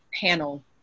panel